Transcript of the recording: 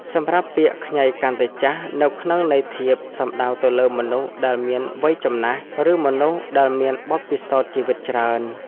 សម្រាប់ពាក្យ ខ្ញីកាន់តែចាស់ នៅក្នុងន័យធៀបសំដៅទៅលើ មនុស្សដែលមានវ័យចំណាស់ ឬមនុស្សដែលមានបទពិសោធន៍ជីវិតច្រើន។